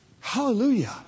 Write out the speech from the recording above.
Hallelujah